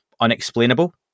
unexplainable